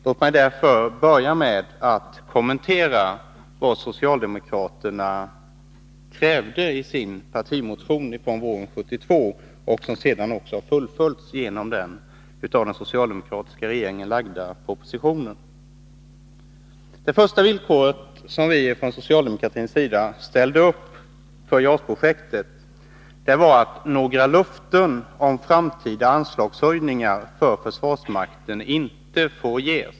Låt mig därför börja med att redovisa vad socialdemokraterna krävde i sin partimotion våren 1972, något som sedan också fullföljts genom den av den socialdemokratiska regeringen lagda propositionen. Det första villkoret som vi från socialdemokratins sida uppställde för JAS-projektet var att några löften om framtida anslagshöjningar för försvarsmakten inte får ges.